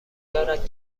دارد